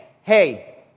hey